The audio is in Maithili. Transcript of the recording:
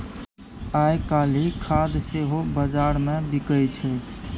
आयकाल्हि खाद सेहो बजारमे बिकय छै